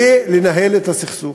בלנהל את הסכסוך,